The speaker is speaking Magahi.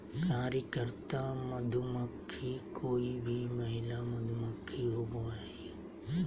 कार्यकर्ता मधुमक्खी कोय भी महिला मधुमक्खी होबो हइ